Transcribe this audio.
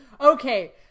Okay